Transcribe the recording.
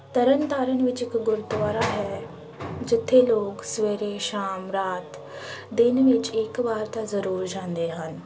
ਤਰਨ ਤਾਰਨ ਵਿੱਚ ਇੱਕ ਗੁਰਦੁਆਰਾ ਹੈ ਜਿੱਥੇ ਲੋਕ ਸਵੇਰੇ ਸ਼ਾਮ ਰਾਤ ਦਿਨ ਵਿੱਚ ਇੱਕ ਵਾਰ ਤਾਂ ਜ਼ਰੂਰ ਜਾਂਦੇ ਹਨ